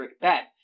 bet